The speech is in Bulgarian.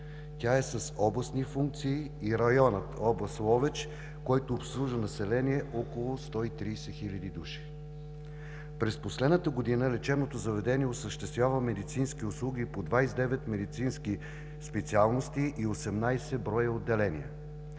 Тя е с областни функции и районът – област Ловеч, който обслужва население около 130 хил. души. През последната година лечебното заведение осъществява медицински услуги по 29 медицински специалности и 18 броя отделения